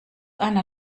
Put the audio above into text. einer